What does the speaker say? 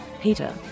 Peter